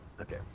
Okay